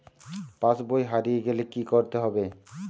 পাশবই হারিয়ে গেলে কি করতে হবে?